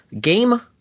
Game